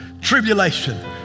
tribulation